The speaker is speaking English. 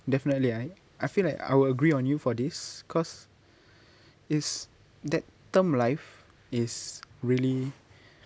definitely I I feel like I will agree on you for this cause is that term life is really